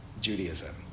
Judaism